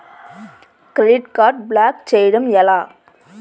Credit card block చేయడం ఎలా?